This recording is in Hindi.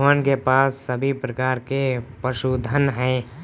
रोहन के पास सभी प्रकार के पशुधन है